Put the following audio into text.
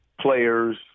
players –